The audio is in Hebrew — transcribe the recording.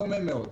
דומה מאוד.